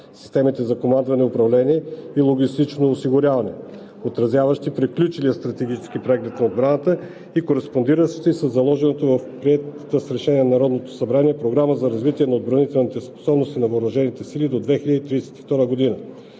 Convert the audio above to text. системите за командване и управление и логистичното осигуряване, отразяващи приключилия стратегически преглед на отбраната и кореспондиращи със заложеното в приетата с решение на Народното събрание Програма за развитие на отбранителните способности на въоръжените сили до 2032 г.